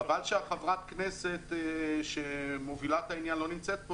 חבל שחברת הכנסת שמובילה את העניין לא נמצאת.